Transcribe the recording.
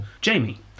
Jamie